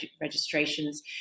registrations